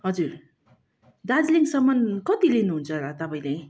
हजुर दार्जिलिङसम्म कति लिनुहुन्छ तपाईँले